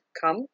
come